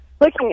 looking